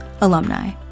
alumni